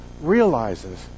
realizes